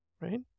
right